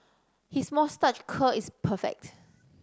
his moustache curl is perfect